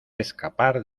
escapar